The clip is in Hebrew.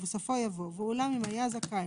ובסופו יבוא: "ואולם אם היה זכאי,